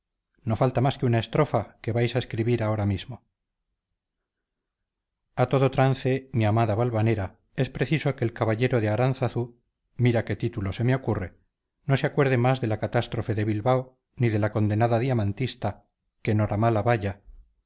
no falta más que una estrofa que vais a escribir ahora mismo a todo trance mi amada valvanera es preciso que el caballero de aránzazu mira qué título se me ocurre no se acuerde más de la catástrofe de bilbao ni de la condenada diamantista que noramala vaya